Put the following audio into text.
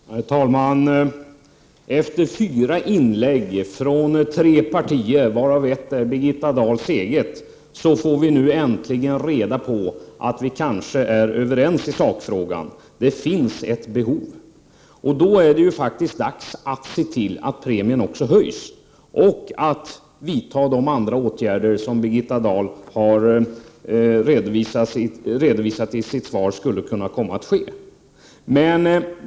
Herr talman! Efter fyra inlägg från representanter för tre partier, varav ett är Birgitta Dahls eget parti, får vi äntligen reda på att vi kanske är överens i sakfrågan: Det finns ett behov. Då är det faktiskt dags att se till att premien också höjs och att de andra åtgärder vidtas som Birgitta Dahl har antytt i sitt svar.